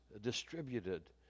distributed